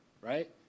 right